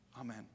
amen